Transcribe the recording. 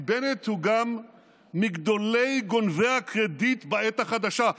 כי בנט הוא גם מגדולי גונבי הקרדיט בעת החדשה,